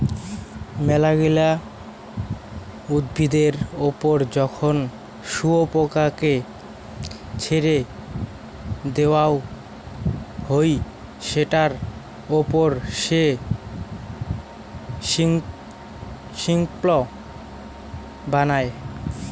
মেলাগিলা উদ্ভিদের ওপর যখন শুয়োপোকাকে ছেড়ে দেওয়াঙ হই সেটার ওপর সে সিল্ক বানায়